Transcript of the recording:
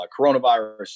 coronavirus